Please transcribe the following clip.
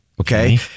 Okay